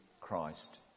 Christ